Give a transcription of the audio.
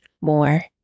more